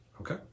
Okay